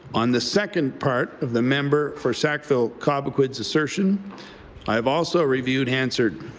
on the second part of the member for sackville-cobequid's assertion i have also reviewed hansard